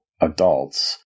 adults